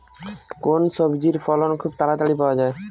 কোন সবজির ফলন খুব তাড়াতাড়ি পাওয়া যায়?